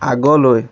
আগলৈ